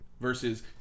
Versus